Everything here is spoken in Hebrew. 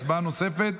הצבעה נוספת.